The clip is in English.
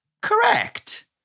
Correct